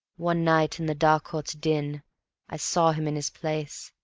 one night in the d'harcourt's din i saw him in his place,